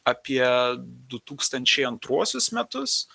apie du tūkstančiai antruosius metus